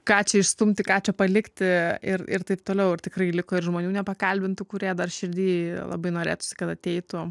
ką čia išstumti ką čia palikti ir ir taip toliau ir tikrai liko ir žmonių nepakalbintų kurie dar širdyj labai norėtųsi kad ateitų